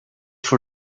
for